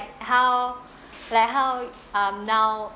how like how um now